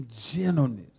gentleness